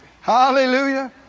Hallelujah